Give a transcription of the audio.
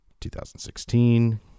2016